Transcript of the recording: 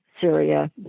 Syria